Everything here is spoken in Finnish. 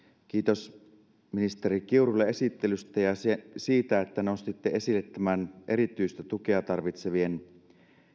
kiitos ministeri kiurulle esittelystä ja siitä että nostitte esille tämän erityistä tukea tarvitsevien